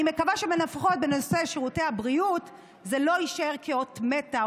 אני מקווה שלפחות בנושא שירותי הבריאות זה לא יישאר כאות מתה,